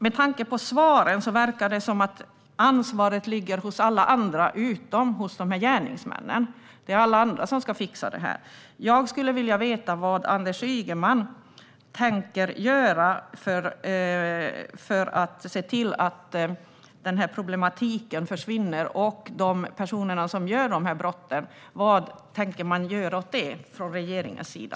Med tanke på svaret verkar det som om ansvaret ligger hos alla utom gärningsmännen. Det är alla andra som ska fixa det här. Jag skulle vilja veta vad Anders Ygeman tänker göra för att se till att den här problematiken försvinner. Och personerna som begår de här brotten, vad tänker man göra åt dem från regeringens sida?